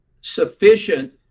sufficient